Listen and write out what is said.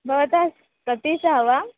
भवतः सतीशः वा